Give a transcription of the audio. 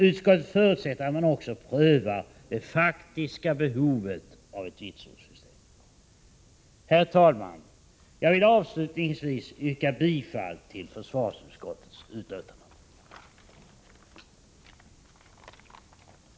Utskottet förutsätter att man också prövar det faktiska behovet av ett vitsordssystem. Herr talman! Avslutningsvis yrkar jag bifall till hemställan i försvarsutskottets betänkande nr 2.